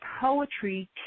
poetry